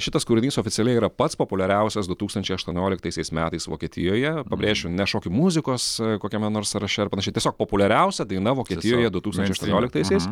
šitas kūrinys oficialiai yra pats populiariausias du tūkstančiai aštuonioliktaisiais metais vokietijoje pabrėšiu ne šokių muzikos kokiame nors sąraše ar panašiai tiesiog populiariausia daina vokietijoje du tūkstančiai aštuonioliktaisiais